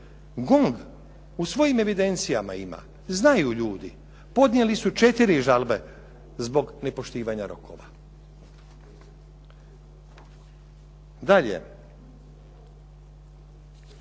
GONG u svojim evidencijama ima, znaju ljudi, podnijeli su četiri žalbe zbog nepoštivanja rokova. Dalje.